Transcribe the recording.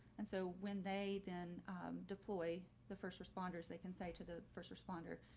and so when they then deploy the first responders, they can say to the first responder,